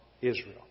Israel